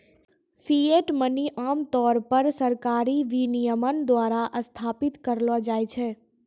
fiat money आम तौर पर सरकारी विनियमन द्वारा स्थापित करलो जाय छै